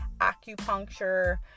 acupuncture